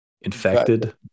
infected